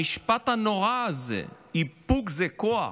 המשפט הנורא הזה, "איפוק זה כוח",